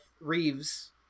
Reeves